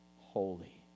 holy